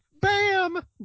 Bam